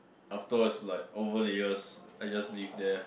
afterwards like over the years I just live there